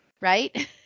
Right